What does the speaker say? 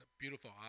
beautiful